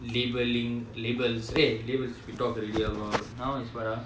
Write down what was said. labelling labels eh labels we talked already about now is what ah